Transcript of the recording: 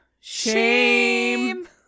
Shame